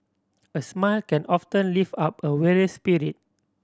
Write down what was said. a smile can often lift up a weary spirit